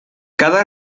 cada